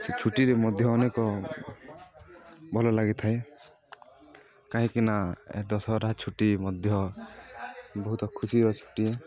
ସେ ଛୁଟିରେ ମଧ୍ୟ ଅନେକ ଭଲ ଲାଗିଥାଏ କାହିଁକିନା ଏ ଦଶହରା ଛୁଟି ମଧ୍ୟ ବହୁତ ଖୁସିର ଛୁଟି